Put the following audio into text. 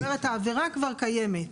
זאת אומרת העבירה כבר קיימת,